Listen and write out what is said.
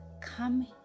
Come